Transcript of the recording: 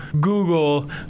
Google